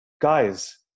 Guys